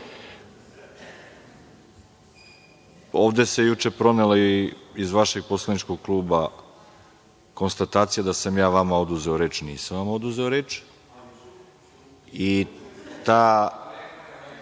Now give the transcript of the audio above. se juče pronela i iz vašeg poslaničkog kluba konstatacija da sam ja vama oduzeo, a nisam vam oduzeo reč. Ta sama